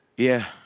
yeah.